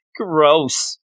gross